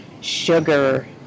sugar